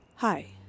Hi